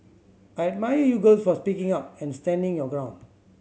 I admire you girls for speaking up and standing your ground